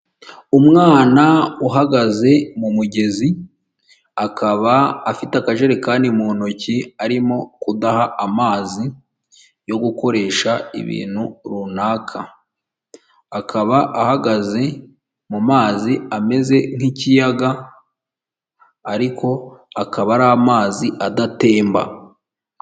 Umwana uhagaze mu mugezi, akab’afite akajerekani mu ntoki, arimo kudaha amazi yo gukoresha ibintu runaka, akab’ahagaze mu mazi ameze nk'ikiyaga ariko akaba ar’amazi adatemba.